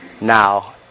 now